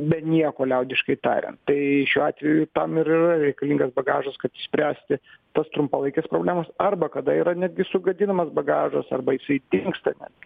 be nieko liaudiškai tariant tai šiuo atveju tam ir yra reikalingas bagažas kad išspręsti tas trumpalaikes problemas arba kada yra netgi sugadinamas bagažas arba jisai dingsta net